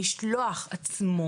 לגבי המשלוח עצמו